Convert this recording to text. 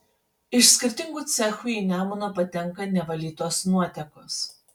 iš skirtingų cechų į nemuną patenka nevalytos nuotekos